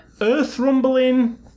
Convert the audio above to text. earth-rumbling